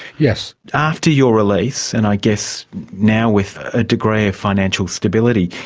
yes. after your release, and i guess now with a degree of financial stability,